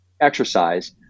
exercise